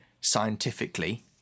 scientifically